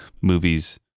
movies